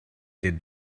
did